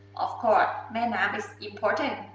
of course, i mean um is important,